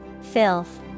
Filth